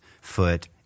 foot